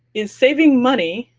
is saving money,